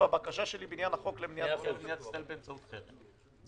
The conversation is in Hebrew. בבקשה שלי בעניין החוק למניעת פגיעה בישראל באמצעות חרם.